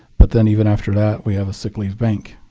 but then even after that, we have a sick leave bank.